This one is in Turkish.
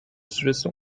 süresi